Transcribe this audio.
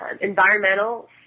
environmental